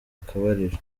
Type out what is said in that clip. akabariro